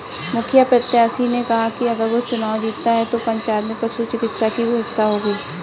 मुखिया प्रत्याशी ने कहा कि अगर वो चुनाव जीतता है तो पंचायत में पशु चिकित्सा की व्यवस्था होगी